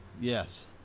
Yes